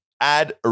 add